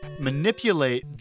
manipulate